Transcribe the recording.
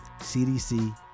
CDC